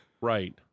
right